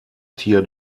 tier